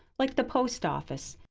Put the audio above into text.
like the post office.